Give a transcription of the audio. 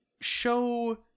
show